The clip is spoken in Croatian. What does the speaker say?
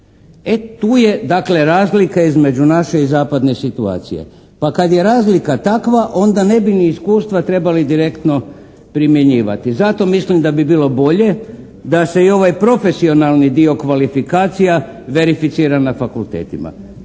E tu je dakle razlika između naše i zapadne situacije. Pa kad je razlika takva onda ne bi ni iskustva trebali direktno primjenjivati. Zato mislim da bi bilo bolje da se i ovaj profesionalni dio kvalifikacija verificira na fakultetima.